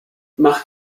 mach